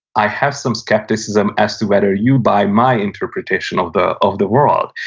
i have some skepticism as to whether you buy my interpretation of the of the world,